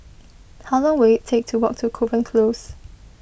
how long will it take to walk to Kovan Close